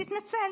תתנצל.